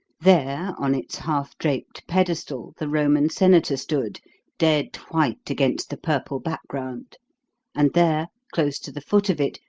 there, on its half-draped pedestal, the roman senator stood dead white against the purple background and there, close to the foot of it,